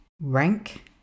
rank